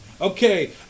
Okay